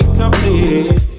complete